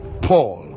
paul